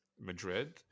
Madrid